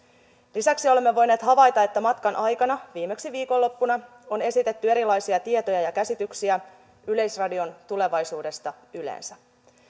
lisäksi olemme voineet havaita että matkan aikana viimeksi viikonloppuna on esitetty erilaisia tietoja ja käsityksiä yleisradion tulevaisuudesta yleensä